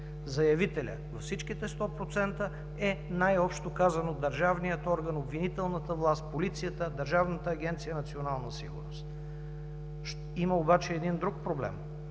Заявителят във всичките 100% е най-общо казано, държавният орган, обвинителната власт, полицията, Държавната агенция „Национална сигурност“. Има обаче един друг проблем,